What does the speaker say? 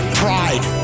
pride